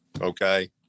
Okay